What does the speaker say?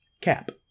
Cap